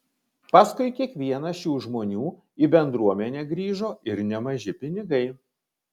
paskui kiekvieną šių žmonių į bendruomenę grįžo ir nemaži pinigai